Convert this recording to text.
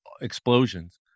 explosions